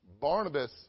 Barnabas